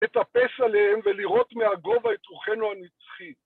לתפס עליהם ולראות מהגובה את רוחנו הנצחית.